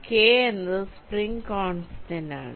k എന്നത് spring constant ആണ്